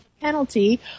penalty